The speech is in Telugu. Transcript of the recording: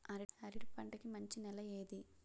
అరటి పంట కి మంచి నెల ఏది?